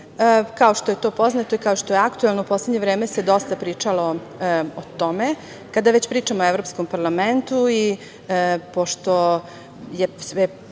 što je to poznato i kao što je aktuelno, u poslednje vreme se dosta pričalo o tome. Kada već pričamo o Evropskom parlamentu i pošto je